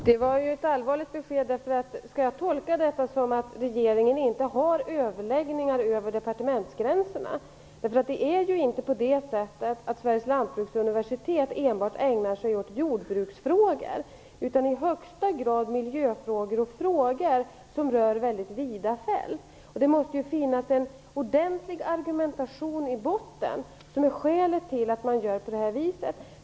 Fru talman! Det var ett allvarligt besked. Skall jag tolka det som att regeringen inte har överläggningar över departementsgränserna? Sveriges lantbruksuniversitet ägnar sig ju inte enbart åt jordbruksfrågor. Man ägnar sig i högsta grad åt miljöfrågor och frågor som rör väldigt vida fält. Det måste ju finnas en ordentlig argumentation i botten för skälet till att man gör på det här viset.